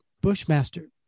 Bushmaster